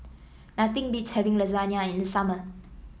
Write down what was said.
nothing beats having Lasagne in the summer